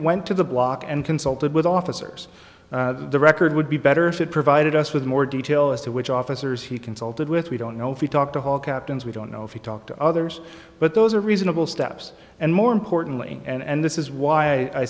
went to the block and consulted with officers the record would be better if it provided us with more detail as to which officers he consulted with we don't know if you talk to hall captains we don't know if he talked to others but those are reasonable steps and more importantly and this is why i